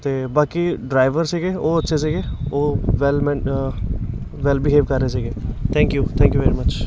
ਅਤੇ ਬਾਕੀ ਡਰਾਈਵਰ ਸੀਗੇ ਉਹ ਅੱਛੇ ਸੀਗੇ ਉਹ ਵੈਲ ਮੈਨ ਵੈਲ ਬਿਹੇਵ ਕਰ ਰਹੇ ਸੀਗੇ thank you thank you very much